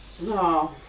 No